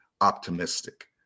optimistic